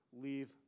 leave